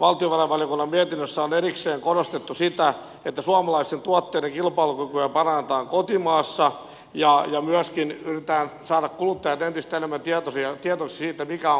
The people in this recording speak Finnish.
valtiovarainvaliokunnan mietinnössä on erikseen korostettu sitä että suomalaisten tuotteiden kilpailukykyä parannetaan kotimaassa ja myöskin yritetään saada kuluttajat entistä enemmän tietoiseksi siitä mikä on kotimaista